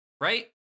right